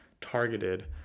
targeted